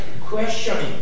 Questioning